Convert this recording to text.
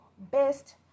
best